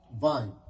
vine